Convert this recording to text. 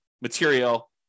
material